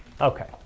Okay